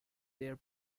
their